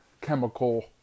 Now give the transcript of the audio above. chemical